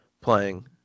playing